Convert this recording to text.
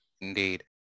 Indeed